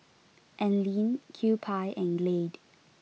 Anlene Kewpie and Glade